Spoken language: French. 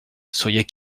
soyez